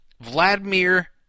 Vladimir